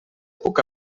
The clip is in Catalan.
puc